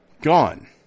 Gone